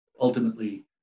ultimately